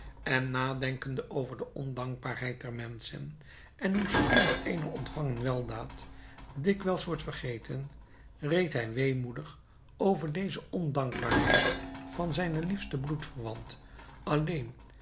en nadenkende over de ondankbaarheid der menschen en hoe spoedig eene ontvangen weldaad dikwijls wordt vergeten reed hij weemoedig over deze ondankbaarheid van zijnen liefsten bloedverwant alleen